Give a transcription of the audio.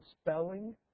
spelling